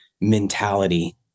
mentality